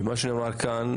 ומה שנאמר כאן,